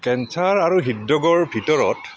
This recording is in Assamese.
কেন্সাৰ আৰু হৃদৰোগৰ ভিতৰত